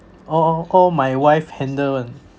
all all all my wife handle [one]